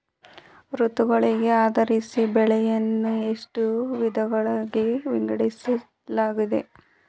ಋತುಗಳಿಗೆ ಆಧರಿಸಿ ಬೆಳೆಗಳನ್ನು ಎಷ್ಟು ವಿಧಗಳಾಗಿ ವಿಂಗಡಿಸಲಾಗಿದೆ?